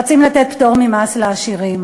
רצים לתת פטור ממס לעשירים.